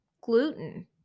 gluten